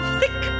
thick